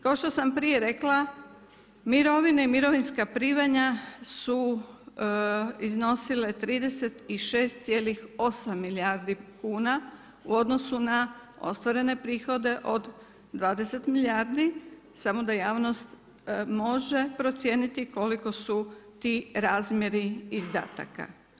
Kao što sam prije rekla mirovine i mirovinska primanja su iznosile 36,8 milijardi kuna u odnosu na ostvarene prihode od 20 milijardi, samo da javnost može procijeniti koliko su ti razmjeri izdataka.